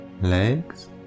legs